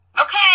Okay